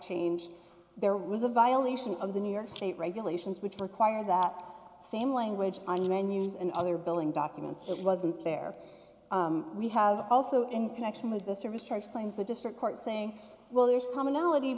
change there was a violation of the new york state regulations which require that same language on the menus and other billing documents it wasn't there we have also in connection with the service charge claims the district court saying well there's commonality